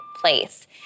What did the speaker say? place